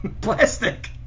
plastic